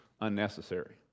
unnecessary